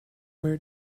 where